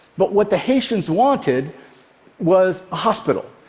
but what the haitians wanted was a hospital.